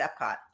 Epcot